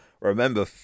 remember